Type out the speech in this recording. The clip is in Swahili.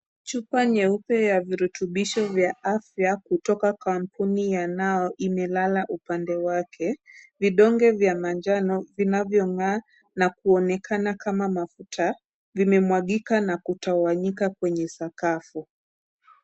Chupa nyeupe ya virutubisho vya afya kutoka kampuni ya Now imelala upande wake. Vidonge vya manjano vinavyong'aa na kuonekana kama mafuta vimemwagika na kutawanyika kwenye sakafu.